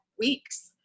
weeks